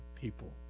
people